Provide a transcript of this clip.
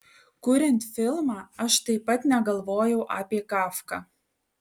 kuriant filmą aš taip pat negalvojau apie kafką